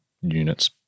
units